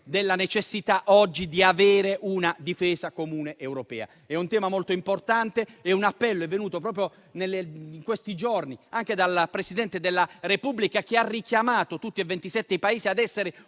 la necessità di avere una difesa comune europea. È un tema molto importante e un appello è venuto, proprio negli ultimi giorni, anche dal Presidente della Repubblica, che ha richiamato tutti e 27 i Paesi a essere